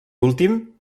últim